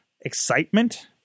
excitement